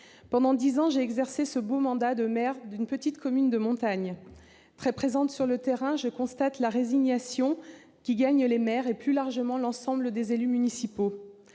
Pendant dix ans, j'ai exercé le beau mandat de maire dans une petite commune de montagne. Très présente sur le terrain, je constate la résignation qui gagne les maires et, plus largement, l'ensemble des élus municipaux.